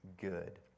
good